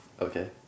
Okay